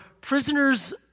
prisoners